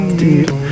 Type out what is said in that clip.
deep